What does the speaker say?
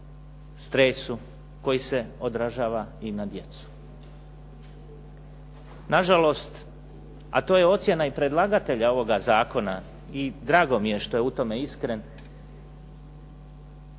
koji se odražava i na djecu. Nažalost, a to je ocjena i predlagatelja ovoga zakona i drago mi je što je u tome iskren,